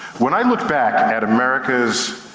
when i look back at america's